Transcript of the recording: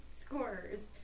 scorers